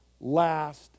last